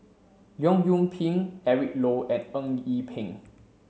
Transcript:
Leong Yoon Pin Eric Low and Eng Yee Peng